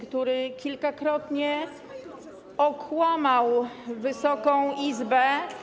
który kilkakrotnie okłamał Wysoką Izbę.